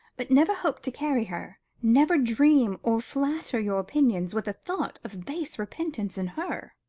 but never hope to carry her, never dream or flatter your opinions with a thought of base repentance in her.